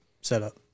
setup